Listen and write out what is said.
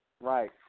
Right